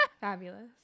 Fabulous